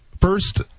First